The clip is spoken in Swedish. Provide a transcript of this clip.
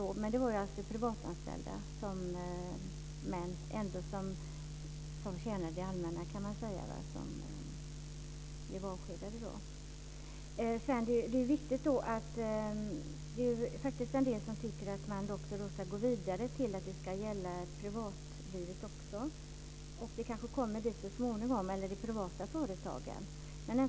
Då gällde det privatanställda, som tjänade det allmänna, som blev avskedade. En del tycker att man ska gå vidare och låta lagen gälla privata företag. Det kanske kommer dit så småningom.